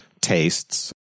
tastes